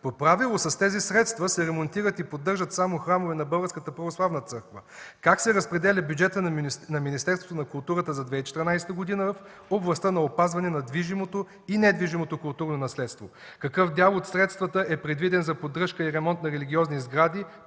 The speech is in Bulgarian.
По правило с тези средства се ремонтират и поддържат само храмове на Българската православна църква. Как се разпределя бюджетът на Министерството на културата за 2014 г. в областта на опазване на движимото и недвижимото културно наследство? Какъв дял от средствата е предвиден за поддръжка и ремонт на религиозни сгради